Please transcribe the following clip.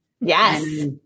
Yes